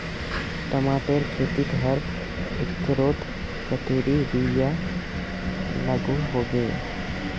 टमाटरेर खेतीत हर एकड़ोत कतेरी यूरिया लागोहो होबे?